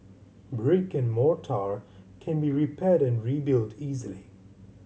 brick and mortar can be repaired and rebuilt easily